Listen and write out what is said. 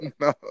No